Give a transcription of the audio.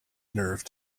nerve